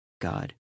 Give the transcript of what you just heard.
God